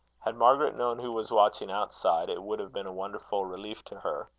had margaret known who was watching outside, it would have been a wonderful relief to her.